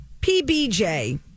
PBJ